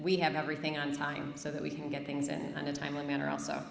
we have everything on time so that we can get things in on a timely manner also